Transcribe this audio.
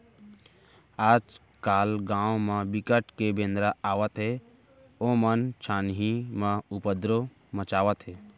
आजकाल गाँव म बिकट के बेंदरा आवत हे ओमन छानही म उपदरो मचावत हे